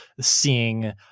seeing